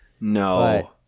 No